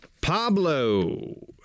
Pablo